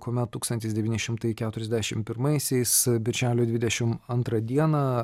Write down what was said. kuomet tūkstantis devyni šimtai keturiasdešim pirmaisiais birželio dvidešim antrą dieną